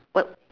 what